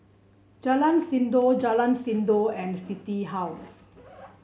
Jalan Sindor Jalan Sindor and City House